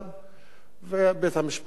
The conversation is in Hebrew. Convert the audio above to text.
ובית-המשפט אמר את דברו.